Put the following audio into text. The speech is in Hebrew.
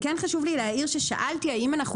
כן חשוב לי להעיר ששאלתי האם אנחנו